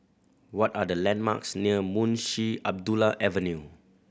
what are the landmarks near Munshi Abdullah Avenue